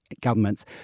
governments